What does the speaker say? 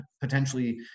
potentially